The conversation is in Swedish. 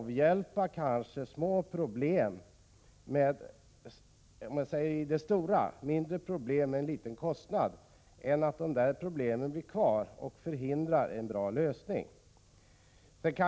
Vissa mindre problem kan kanske avhjälpas till en liten kostnad, och därigenom kan man kanske uppnå en bra lösning.